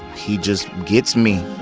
he just gets me.